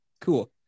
Cool